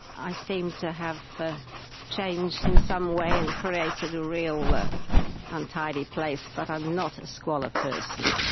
i seem to have ah changed in some way and created a real ah untidy place, but i'm not a squalor person.